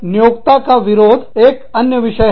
नियोक्ता का विरोध एक अन्य विषय है